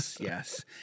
yes